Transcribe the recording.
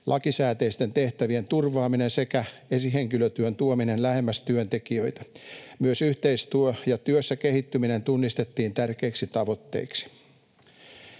lakisääteisten tehtävien turvaaminen sekä esihenkilötyön tuominen lähemmäs työntekijöitä. Myös yhteistyö ja työssä kehittyminen tunnistettiin tärkeiksi tavoitteiksi.